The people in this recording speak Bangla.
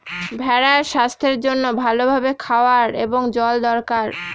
ভেড়ার স্বাস্থ্যের জন্য ভালো ভাবে খাওয়ার এবং জল দরকার